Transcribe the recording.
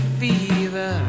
fever